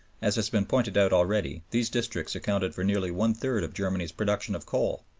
as has been pointed out already, these districts accounted for nearly one-third of germany's production of coal.